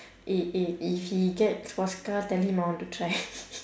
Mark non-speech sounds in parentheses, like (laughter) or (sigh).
eh eh if he get sports car tell him I want to try (laughs)